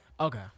Okay